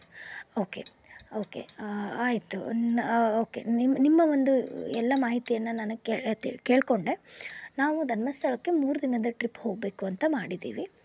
okay okay ಆಯಿತು okay ನಿಮ್ಮ ನಿಮ್ಮ ಒಂದು ಎಲ್ಲ ಮಾಹಿತಿಯನ್ನು ನಾನು ಕೇಳೇ ತಿಳ್ ಕೇಳಿಕೊಂಡೆ ನಾವು ಧರ್ಮಸ್ಥಳಕ್ಕೆ ಮೂರು ದಿನದ ಟ್ರಿಪ್ ಹೋಗಬೇಕು ಅಂತ ಮಾಡಿದ್ದೀವಿ